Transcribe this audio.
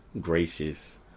gracious